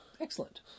Excellent